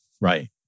right